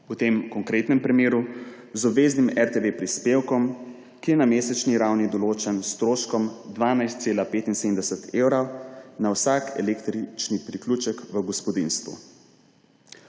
V tem konkretnem primeru z obveznim RTV prispevkom, ki je na mesečni ravni določen s stroškom 12,75 evra na vsak električni priključek v gospodinjstvu.